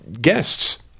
Guests